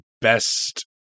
best